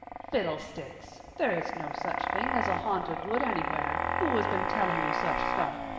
fiddlesticks! there is no such thing as a haunted wood anywhere. who has been telling you such stuff?